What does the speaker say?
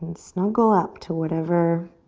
snuggle up to whatever.